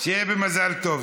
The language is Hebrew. שיהיה במזל טוב.